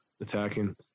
attacking